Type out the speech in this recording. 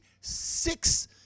six